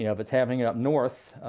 you know if it's happening up north,